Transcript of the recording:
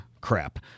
crap